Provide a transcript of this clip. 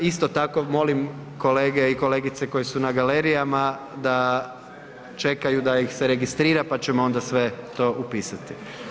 Isto tako, molim kolege i kolegice koje su na galerijama da čekaju da ih se registrira pa ćemo onda sve to upisati.